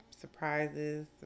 surprises